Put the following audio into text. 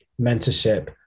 mentorship